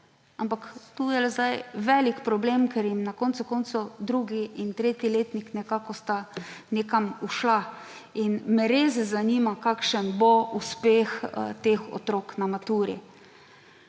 Ampak tu je zdaj velik problem, ker sta jim na konec koncev drugi in tretji letnik nekako nekam ušla. In me res zanima, kakšen bo uspeh teh otrok na maturi.